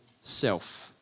self